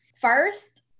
First